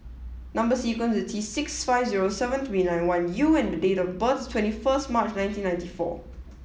number sequence is T six five zero seven three nine one U and date of birth is twenty first March nineteen ninety four